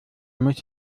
muss